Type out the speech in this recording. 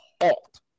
halt